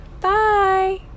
bye